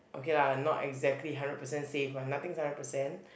okay lah not exactly hundred percent safe one nothing is hundred percent